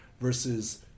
versus